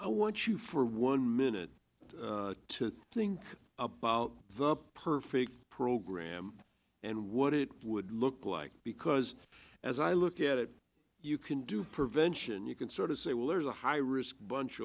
i want you for one minute to think about the perfect program and what it would look like because as i look at it you can do prevention you can sort of say well there's a high risk bunch